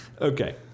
Okay